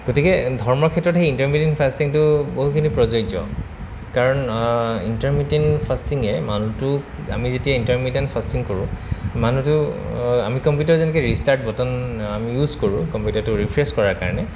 গতিকে ধৰ্মৰ ক্ষেত্ৰত সেই ইণ্টাৰমিডিয়েট ফাষ্টিংটো বহুতখিনি প্ৰযোজ্য কাৰণ ইণ্টাৰমিডিয়েট ফাষ্টিঙে মানুহটো আমি যেতিয়া ইণ্টাৰমিডিয়েট ফাষ্টিং কৰোঁ মানুহটো আমি কম্পিউটাৰ যেনেকে ৰিষ্টাৰ্ট বটন আমি ইউজ কৰোঁ কম্পিউটাৰটো ৰিফ্ৰেছ কৰাৰ কাৰণে